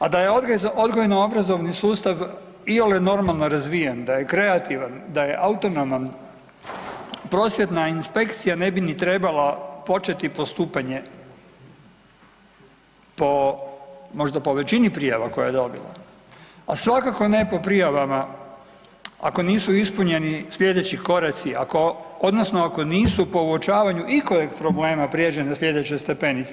A da je odgojno obrazovni sustav iole normalno razvijen, da je kreativna, da je autonoman prosvjetna inspekcija ne bi ni trebala početi postupanje po možda po većini prijava koje je dobila, a svakako ne po prijavama ako nisu ispunjeni sljedeći koraci odnosno ako nisu po uočavanju ikojeg problema prijeđe na sljedeće stepenice.